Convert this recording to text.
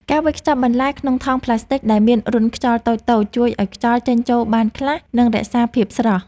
ការវេចខ្ចប់បន្លែក្នុងថង់ប្លាស្ទិកដែលមានរន្ធខ្យល់តូចៗជួយឱ្យខ្យល់ចេញចូលបានខ្លះ និងរក្សាភាពស្រស់។